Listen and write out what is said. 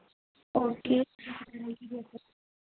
okay